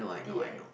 the end